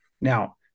Now